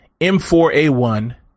M4A1